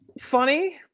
funny